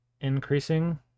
increasing